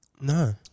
No